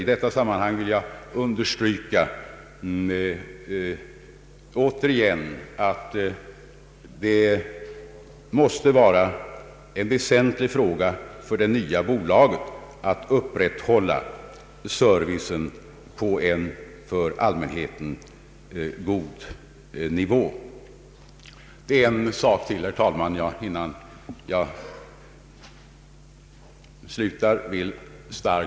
I detta sammanhang vill jag återigen understryka att det måste vara en väsentlig fråga för det nya bolaget att upprätthålla servicen på en för allmänheten god nivå. Jag vill stryka under ytterligare en sak innan jag avslutar mitt inlägg.